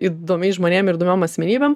įdomiais žmonėm ir įdomiom asmenybėm